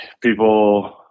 people